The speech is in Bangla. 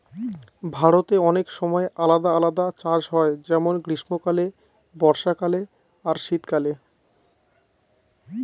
ভারতে অনেক সময় আলাদা আলাদা চাষ হয় যেমন গ্রীস্মকালে, বর্ষাকালে আর শীত কালে